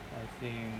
I think